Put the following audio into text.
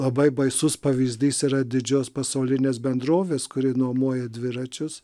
labai baisus pavyzdys yra didžios pasaulinės bendrovės kur jie nuomoja dviračius